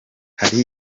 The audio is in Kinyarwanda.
hari